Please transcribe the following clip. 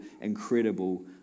incredible